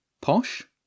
Posh